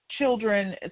children